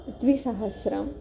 द्विसहस्रम्